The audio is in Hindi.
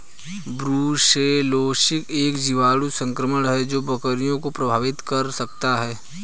ब्रुसेलोसिस एक जीवाणु संक्रमण है जो बकरियों को प्रभावित कर सकता है